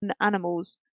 animals